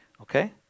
okay